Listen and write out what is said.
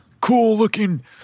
cool-looking